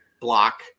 block